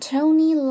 Tony